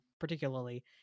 particularly